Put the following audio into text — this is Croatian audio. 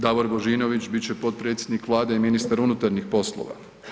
Davor Božinović bit će potpredsjednik Vlade i ministar unutarnjih poslova.